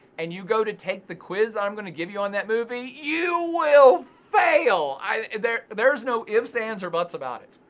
and you go to take the quiz i'm gonna give you on that movie, you will fail! i mean there's there's no ifs, ands, or buts about it.